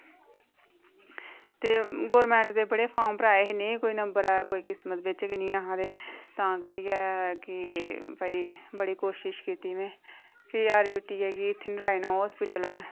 ते गौरमेंट दे बड़े फॉर्म भराए हे में ते नंबर कोई किस्मत बिच निं हा ते तां करियै की भाई बड़ी कोशिश कीती में भी आरटीई नारायणा हॉस्पिटल